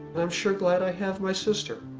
i'm sure glad i have my sister.